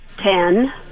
Ten